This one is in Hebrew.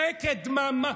שקט, דממה.